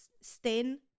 stain